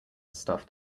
stuffed